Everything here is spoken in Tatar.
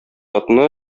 атны